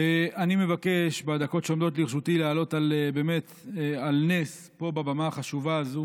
אני מבקש בדקות שעומדות לרשותי להעלות על נס מעל הבמה החשובה הזו